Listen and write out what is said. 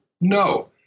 No